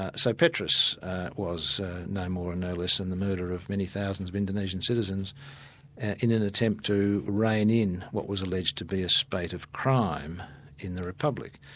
ah so petrus was no more and no less than the murder of many thousands of indonesian citizens in an attempt to rein in what was alleged to be a spate of crime in the republic.